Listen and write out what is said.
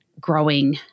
growing